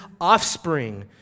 offspring